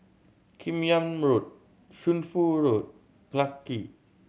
Kim Yam Road Shunfu Road Clarke